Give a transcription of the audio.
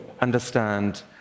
understand